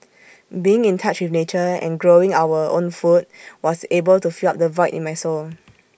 being in touch with nature and growing own food was able to fill up the void in my soul